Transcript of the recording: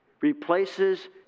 replaces